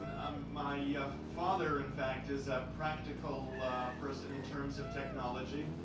um my yeah father in fact is a practical person in terms of technology.